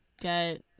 get